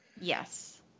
Yes